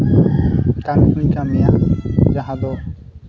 ᱠᱟᱢᱤ ᱠᱩᱧ ᱠᱟᱢᱤᱭᱟ ᱡᱟᱦᱟᱸ ᱫᱚ